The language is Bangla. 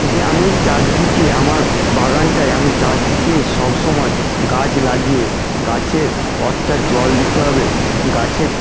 যে আমি চারদিকে আমার বাগানটায় আমি চারদিকে সব সময় গাছ লাগিয়ে গাছের কতটা জল দিতে হবে গাছে